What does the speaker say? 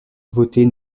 voter